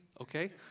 okay